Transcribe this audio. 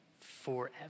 forever